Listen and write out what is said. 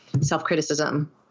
self-criticism